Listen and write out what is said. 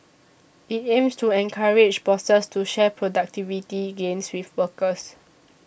it aims to encourage bosses to share productivity gains with workers